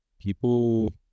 People